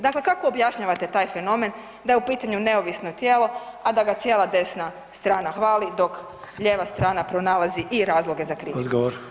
Dakle, kako objašnjavate taj fenomen da je u pitanju neovisno tijelo, a da ga cijela desna strana hvali dok lijeva strana pronalazi i razloge za kritiku?